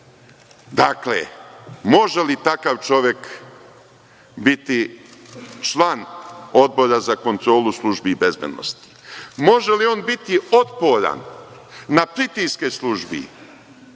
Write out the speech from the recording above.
može li takav čovek biti član Odbora za kontrolu službi bezbednosti? Može li on biti otporan na pritiske službi,